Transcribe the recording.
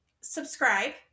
Subscribe